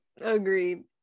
Agreed